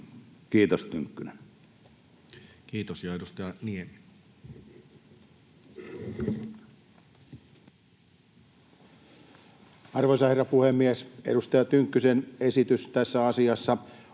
Kiitos, Tynkkynen. Kiitos. — Ja edustaja Niemi. Arvoisa herra puhemies! Edustaja Tynkkysen esitys tässä asiassa